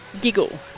giggle